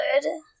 good